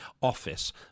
office